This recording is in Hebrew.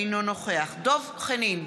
אינו נוכח דב חנין,